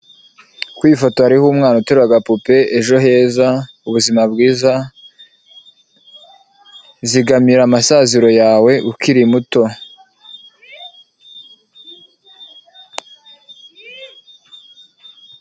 Kuri iyi ifoto hariho umwana uteruye agapupe, ejo heza, ubuzima bwiza, zigamira amasaziro yawe ukiri muto.